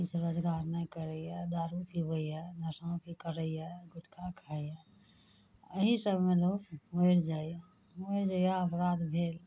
किछु रोजगार नहि करैए दारू पिबैए नशाँ भी करैए गुटखा खाइ यऽ अहीसबमे लोक मरि जाइ यऽ मरि जाइ यऽ अपराध भेल